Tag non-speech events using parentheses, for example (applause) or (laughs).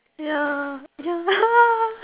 ya ya (laughs)